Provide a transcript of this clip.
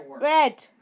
Red